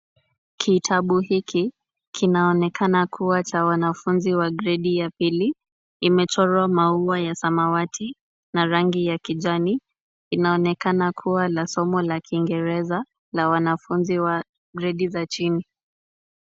Kitabu hiki kinaonekana kuwa cha wanafunzi ya gredi ya pili imechorwa maua ya samawati na rangi ya kijani inaonekana kuwa la somo la kiingereza na wanafunzi wa gredi za chini.